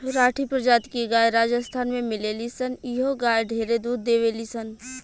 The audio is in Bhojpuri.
राठी प्रजाति के गाय राजस्थान में मिलेली सन इहो गाय ढेरे दूध देवेली सन